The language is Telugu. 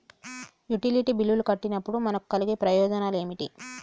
యుటిలిటీ బిల్లులు కట్టినప్పుడు మనకు కలిగే ప్రయోజనాలు ఏమిటి?